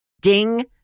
ding